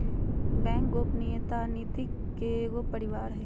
bank गोपनीयता नीति के एगो परिवार हइ